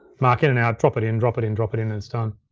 mark in and out, drop it in, drop it in, drop it in, and it's done.